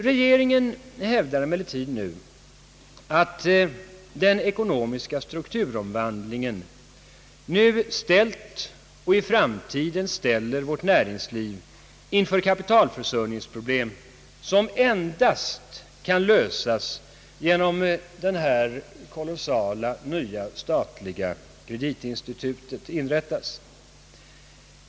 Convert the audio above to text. Regeringen hävdar emellertid att den ekonomiska strukturomvandlingen nu ställt och i framtiden ställer vårt näringsliv inför kapitalförsörjningsproblem som endast kan lösas genom att detta kolossala nya statliga kreditinstitut inrättas.